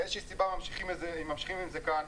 מאיזושהי סיבה ממשיכים עם זה כאן.